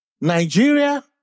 Nigeria